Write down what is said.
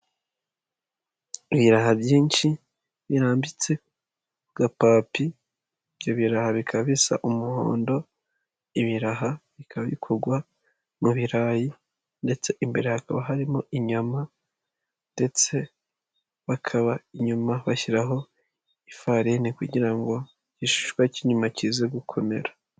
Ibiraha byinshi birambitse ku gapapi, ibyo biraha bikaba bisa umuhondo, ibiraha bikaba bikorwa mu birayi ndetse imbere hakaba harimo inyama ndetse bakaba inyuma bashyiraho ifarini kugira ngo igishishwa cy'inyuma kize gukomera.